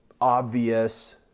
obvious